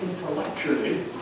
intellectually